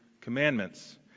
commandments